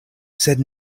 sed